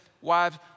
Wives